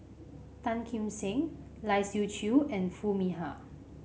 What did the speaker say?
Tan Kim Seng Lai Siu Chiu and Foo Mee Har